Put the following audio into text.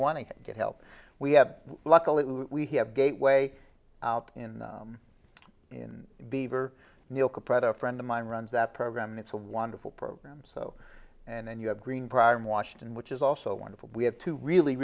want to get help we have luckily we have a gateway out in in beaver milk a predator friend of mine runs that program and it's a wonderful program so and then you have green pride in washington which is also wonderful we have two really